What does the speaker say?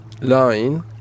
line